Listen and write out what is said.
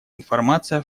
информация